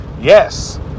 yes